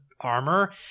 armor